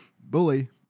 Bully